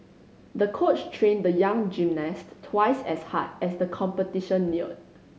the coach trained the young gymnast twice as hard as the competition neared